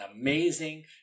amazing